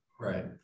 Right